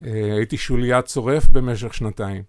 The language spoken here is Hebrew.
הייתי שוליה צורף במשך שנתיים.